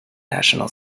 national